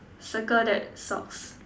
circle that socks